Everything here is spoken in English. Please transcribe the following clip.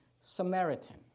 Samaritan